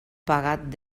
pegat